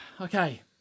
Okay